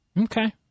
Okay